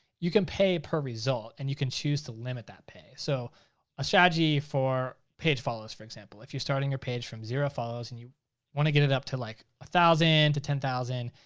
you can pay per result, and you can choose to limit that pay. so a strategy for page follows, for example, if you're starting your page from zero follows and you wanna get it up to like one ah thousand to ten thousand,